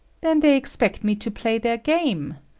then they expect me to play their game.